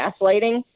gaslighting